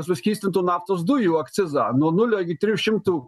suskystintų naftos dujų akcizą nuo nulio iki trijų šimtų